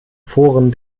foren